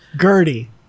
Gertie